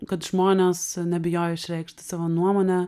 kad žmonės nebijojo išreikšti savo nuomonę